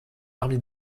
parmi